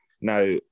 Now